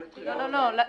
לא, לא.